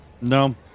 no